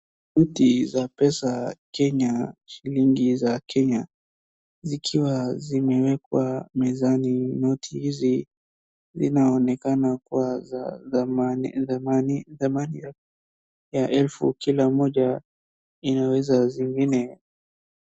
Noti za pesa Kenya, shilingi za Kenya zikiwa zimewekwa mezani. Noti hizi linaonekana kuwa za dhamani ya elfu kila moja inaweza zingine.